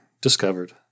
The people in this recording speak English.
discovered